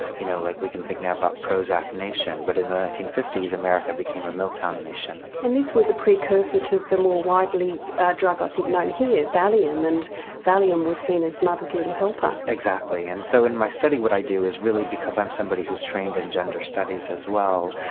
you know, like we can think now about prozac nation, but in the nineteen fifty s america became a miltown nation. and this was a precursor to the more widely drug i think known here, valium, and valium was seen as mother's little helper. exactly and so in my study what i do is really because i'm somebody who's trained in gender studies as well,